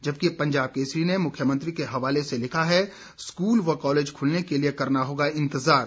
जबकि पंजाब केसरी ने मुख्यमंत्री के हवाले से लिखा है स्कूल व कॉलेज खुलने के लिये करना होगा इंतजार